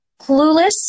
clueless